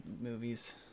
movies